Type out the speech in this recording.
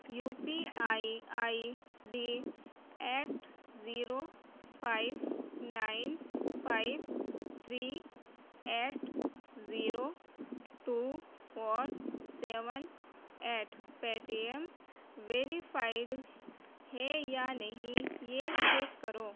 you P I I D eight zero five nine five three eight zero two four seven eight Paytm verified ہے یا نہیں یہ check کرو